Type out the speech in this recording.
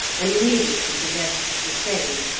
and immediately the rest did the same,